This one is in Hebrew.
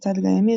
לצד גיא עמיר,